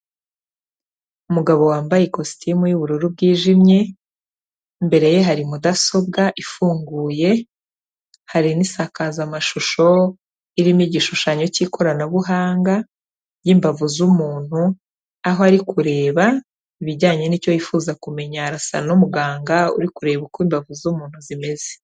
Umugabo wambaye ikositimu y'ubururu bwijimye, imbere ye hari mudasobwa ifunguye, hari n'isakazamashusho irimo igishushanyo cy'ikoranabuhanga, ry'imbavu z'umuntu, aho ari kureba ibijyanye n'icyo yifuza kumenya arasa n'umuganga uri kureba uko imbavu z'umuntu zimeze.